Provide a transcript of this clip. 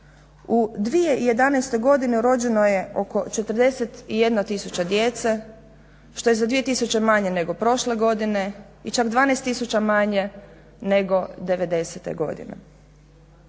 U 2011. godini rođeno je oko 41 tisuća djece, što je za 2 tisuće manje nego prošle godine i čak 12 tisuća manje nego '90-e godine.